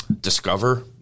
discover